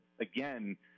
again